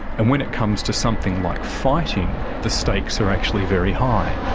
and when it comes to something like fighting, the stakes are actually very high,